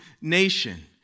nation